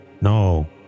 No